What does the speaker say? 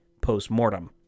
post-mortem